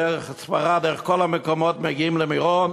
דרך ספרד, דרך כל המקומות, מגיעים למירון.